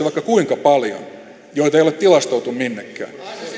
vaikka kuinka paljon aitoja palkanalennuksia joita ei ole tilastoitu minnekään